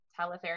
teletherapy